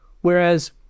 whereas